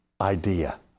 idea